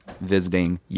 visiting